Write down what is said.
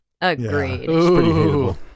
agreed